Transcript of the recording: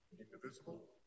indivisible